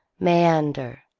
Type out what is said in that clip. meander,